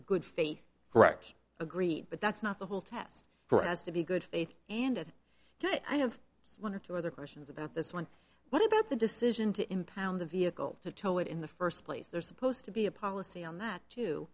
a good faith correct agree but that's not the whole test for us to be good faith and i have one or two other questions about this one what about the decision to impound the vehicle to tow it in the first place there's supposed to be a policy on that